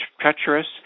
treacherous